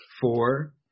four